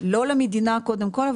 לא למדינה קודם כל,